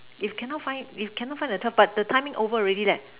if cannot find if cannot find the twelve but the timing over already leh